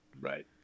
right